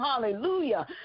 hallelujah